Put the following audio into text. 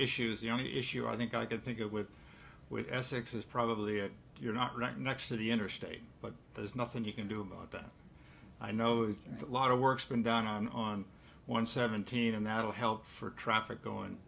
issues the only issue i think i could think of with with essex is probably it you're not right next to the interstate but there's nothing you can do about that i know a lot of work's been done on on one seventeen and that'll help for traffic going